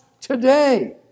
today